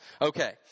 Okay